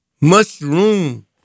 mushroom